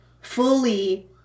fully